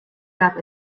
gab